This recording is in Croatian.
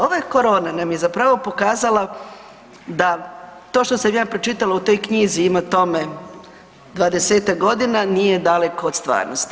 Ova korona nam je zapravo pokazala da to što sam ja pročitala u toj knjizi, ima tome 20-tak godina, nije daleko od stvarnosti.